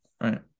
right